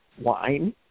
wine